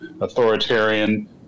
authoritarian